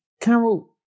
Carol